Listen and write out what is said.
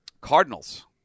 Cardinals